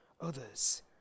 others